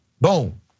boom